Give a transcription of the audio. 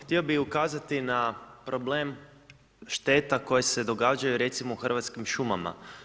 Htio bih ukazati na problem šteta koje se događaju recimo u Hrvatskim šumama.